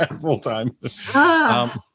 full-time